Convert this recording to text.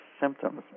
symptoms